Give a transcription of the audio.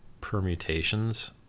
permutations